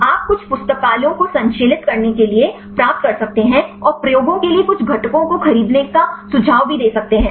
आप कुछ पुस्तकालयों को संश्लेषित करने के लिए प्राप्त कर सकते हैं और प्रयोगों के लिए कुछ घटकों को खरीदने का सुझाव भी दे सकते हैं